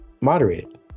moderated